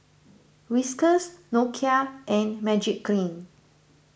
Whiskas Nokia and Magiclean